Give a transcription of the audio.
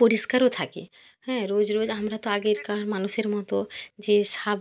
পরিষ্কারও থাকে হ্যাঁ রোজ রোজ আমরা তো আগেকার মানুষের মতো যে সাব